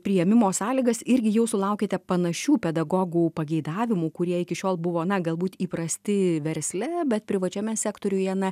priėmimo sąlygas irgi jau sulaukiate panašių pedagogų pageidavimų kurie iki šiol buvo na galbūt įprasti versle bet privačiame sektoriuje na